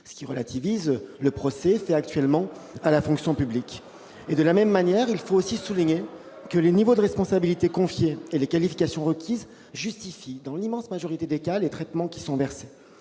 ce qui relativise le procès fait actuellement à la fonction publique. Il faut aussi souligner que le niveau des responsabilités confiées et les qualifications requises justifient, dans l'immense majorité des cas, les traitements versés.